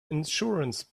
insurance